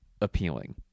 appealing